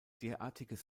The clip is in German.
derartiges